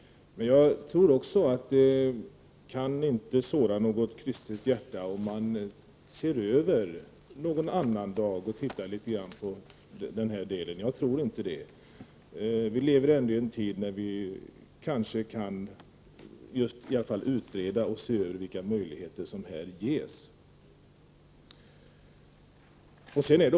Men jag tror också att det inte kan såra något kristet hjärta om man t.ex. ser över någon annandag. Jag tror inte det. Vi lever ändå i en tid där vi kan utreda och se över vilka möjligheter som ges.